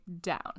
down